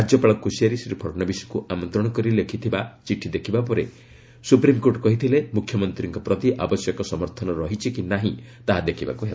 ରାଜ୍ୟପାଳ କୋଶିଆରୀ ଶ୍ରୀ ଫଡ଼ନବିସଙ୍କ ଆମନ୍ତ୍ରଣ କରି ଲେଖିଥିବା ଚିଠି ଦେଖିବା ପରେ ସୁପ୍ରିମ୍କୋର୍ଟ କହିଥିଲେ ମୁଖ୍ୟମନ୍ତ୍ରୀଙ୍କ ପ୍ରତି ଆବଶ୍ୟକ ସମର୍ଥନ ରହିଛି କି ନାହିଁ ତାହା ଦେଖିବାକୁ ହେବ